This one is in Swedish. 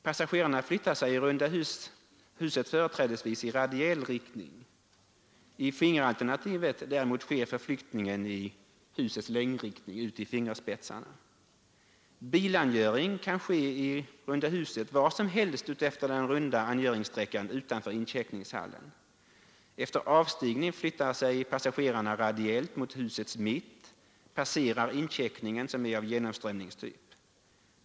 Passagerarna förflyttar sig i runda huset företrädesvis i radiell riktning. I fingeralternativet däremot sker förflyttningen i husets längdriktning, ut i fingerspetsarna. Bilangöring kan ske i runda huset var som helst utefter den runda angöringssträckan utanför incheckningshallen. Efter avstigning förflyttar sig passagerarna radiellt mot husets mitt och passerar incheckningen, som är av genomströmningstyp.